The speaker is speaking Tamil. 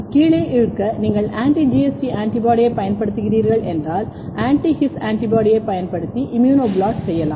கீழே இழுக்க நீங்கள் ஆன்டி GST ஆன்டிபாடியைப் பயன்படுத்துகிறீர்கள் என்றால் ஆன்டி His ஆன்டிபாடியைப் பயன்படுத்தி இம்யூன் ப்ளாட் செய்யலாம்